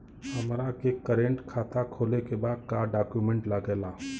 हमारा के करेंट खाता खोले के बा का डॉक्यूमेंट लागेला?